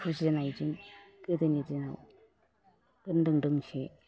फुजिनायजों गोदोनि दिनाव बोनदों दोंसे